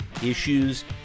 issues